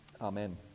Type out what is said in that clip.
Amen